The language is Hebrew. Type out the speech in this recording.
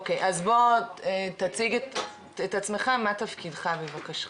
או-קיי אז בוא תציג את עצמך, מה תפקידך בבקשה?